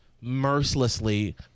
mercilessly